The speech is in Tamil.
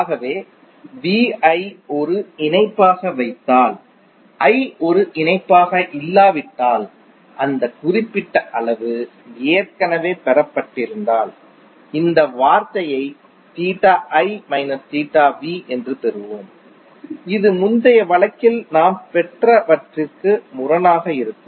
ஆகவே V I ஒரு இணைப்பாக வைத்தால் I ஒரு இணைப்பாக இல்லாவிட்டால் அந்த குறிப்பிட்ட அளவு ஏற்கனவே பெறப்பட்டிருப்பதால் இந்த வார்த்தையை theta I minus theta V என்று பெறுவோம் இது முந்தைய வழக்கில் நாம் பெற்றவற்றிற்கு முரணாக இருக்கும்